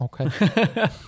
Okay